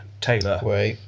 Taylor